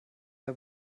der